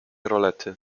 rolety